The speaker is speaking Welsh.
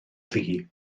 ddu